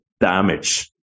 damage